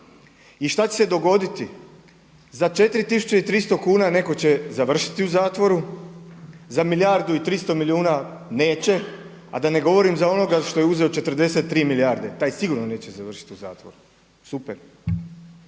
I šta će se dogoditi? Za 4.300 kuna neko će završiti u zatvoru, za milijardu i 300 milijuna neće, a da ne govorim za onoga što je uzeo 43 milijarde, taj sigurno neće završiti u zatvoru. Super.